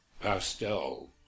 pastel